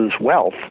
wealth